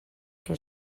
què